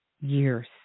years